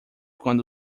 quando